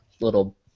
little